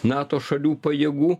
nato šalių pajėgų